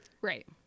right